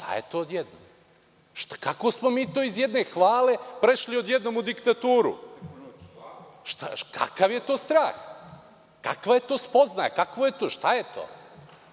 Šta je to odjednom? Kako smo mi to iz jedne hvale prešli odjednom u diktaturu? Kakav je to strah? Kakva je to spoznaja? Šta je